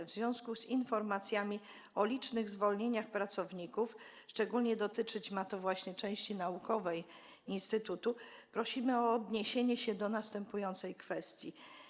W związku z informacjami o licznych zwolnieniach pracowników - szczególnie dotyczyć ma to właśnie części naukowej instytutu - prosimy o odniesienie się do następującej kwestii.